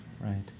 right